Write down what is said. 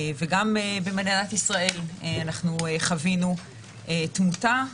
גם במדינת ישראל חווינו תמותה.